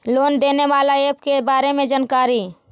Loan देने बाला app के बारे मे जानकारी?